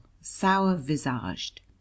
sour-visaged